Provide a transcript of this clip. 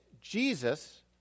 Jesus